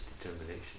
determination